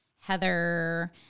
Heather